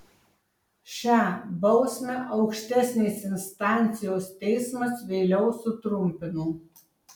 šią bausmę aukštesnės instancijos teismas vėliau sutrumpino